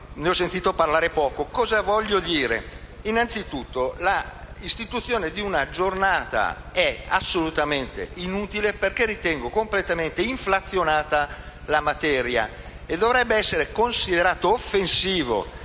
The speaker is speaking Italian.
ho sentito parlare poco. Cosa voglio dire? Innanzi tutto, l'istituzione di una Giornata nazionale è assolutamente inutile, perché ritengo completamente inflazionata la materia. Dovrebbe essere considerato offensivo